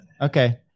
Okay